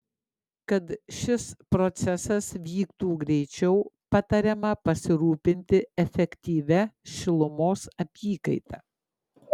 kad šis procesas vyktų greičiau patariama pasirūpinti efektyvia šilumos apykaita